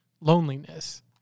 loneliness